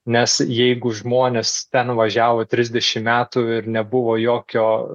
nes jeigu žmonės ten važiavo trisdešimt metų ir nebuvo jokio